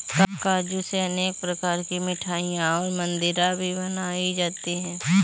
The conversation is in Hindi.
काजू से अनेक प्रकार की मिठाईयाँ और मदिरा भी बनाई जाती है